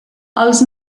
els